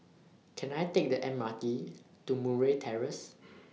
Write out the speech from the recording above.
Can I Take The M R T to Murray Terrace